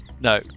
no